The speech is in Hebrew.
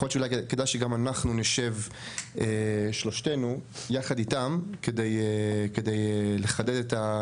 להיות שאולי כדאי שגם אנחנו נשב שלושתנו יחד איתם כדי לחדד את,